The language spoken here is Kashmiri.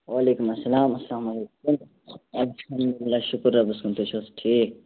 وعلیکُم السَلام السَلام علیکُم الحمدُ اللہ شُکُر رۄبس کُن تُہۍ چھُو حظ ٹھیٖک